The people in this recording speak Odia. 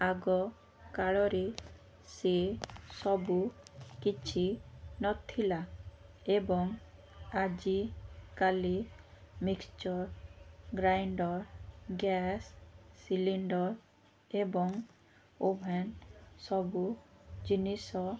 ଆଗକାଳରେ ସେ ସବୁ କିଛି ନଥିଲା ଏବଂ ଆଜିକାଲି ମିକ୍ସଚର୍ ଗ୍ରାଇଣ୍ଡର୍ ଗ୍ୟାସ୍ ସିଲିଣ୍ଡର୍ ଏବଂ ଓଭାନ୍ ସବୁ ଜିନିଷ